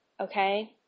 okay